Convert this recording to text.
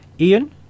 Ian